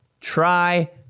try